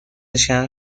شهر